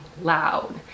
loud